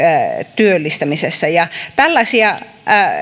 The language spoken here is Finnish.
työllistymisessä tällaisia